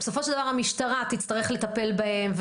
בסופו של דבר המשטרה תצטרך לטפל בהם,